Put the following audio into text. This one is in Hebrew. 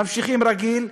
ממשיכים רגיל,